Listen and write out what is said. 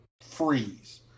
freeze